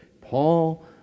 Paul